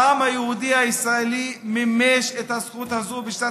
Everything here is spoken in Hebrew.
העם היהודי הישראלי מימש את הזכות הזאת בשנת